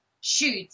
Shoot